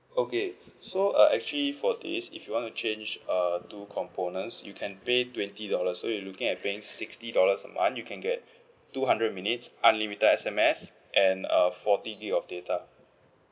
okay so uh actually for this if you wanna change uh two components you can pay twenty dollars so you're looking at paying sixty dollars a month you can get two hundred minutes unlimited S_M_S and uh forty gig of data